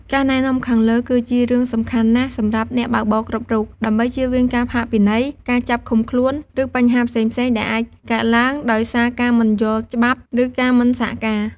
ការណែនាំខាងលើ គឺជារឿងសំខាន់ណាស់សម្រាប់អ្នកបើកបរគ្រប់រូប ដើម្បីជៀសវាងការផាកពិន័យ ការចាប់ឃុំខ្លួន ឬបញ្ហាផ្សេងៗដែលអាចកើតឡើងដោយសារការមិនយល់ច្បាប់ ឬការមិនសហការ។